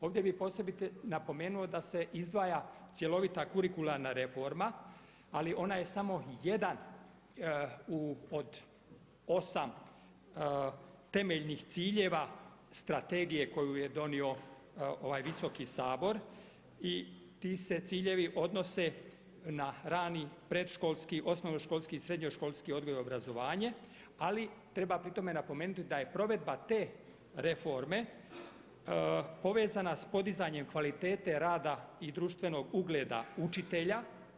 Ovdje bih posebno napomenuo da se izdvaja cjelovita kurikularna reforma ali ona je samo jedan od 8 temeljnih ciljeva strategije koju je donio ovaj visoki Sabor i ti se ciljevi odnose na rani predškolski, osnovnoškolski i srednjoškolski odgoj i obrazovanje ali treba pri tome napomenuti da je provedba te reforme povezana sa podizanjem kvalitete rada i društvenog ugleda učitelja.